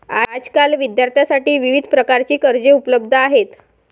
आजकाल विद्यार्थ्यांसाठी विविध प्रकारची कर्जे उपलब्ध आहेत